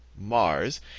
Mars